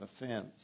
offense